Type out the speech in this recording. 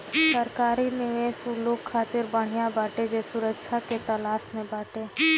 सरकारी निवेश उ लोग खातिर बढ़िया बाटे जे सुरक्षा के तलाश में बाटे